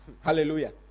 hallelujah